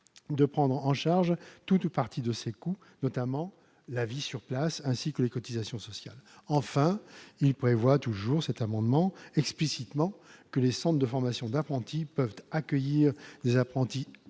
de prendre en charge tout ou partie de ses coûts, notamment de vie sur place, ainsi que les cotisations sociales. Enfin, cet amendement prévoit explicitement que les centres de formation d'apprentis, les CFA, peuvent accueillir des apprentis